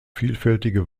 vielfältige